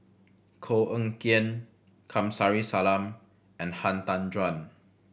Koh Eng Kian Kamsari Salam and Han Tan Juan